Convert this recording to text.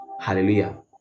Hallelujah